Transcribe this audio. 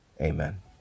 Amen